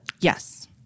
Yes